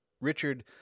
Richard